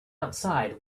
outside